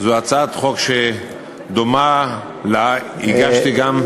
זו הצעת חוק שדומה לה הגשתי גם,